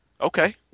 Okay